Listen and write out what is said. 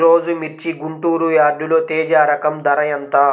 ఈరోజు మిర్చి గుంటూరు యార్డులో తేజ రకం ధర ఎంత?